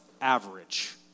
average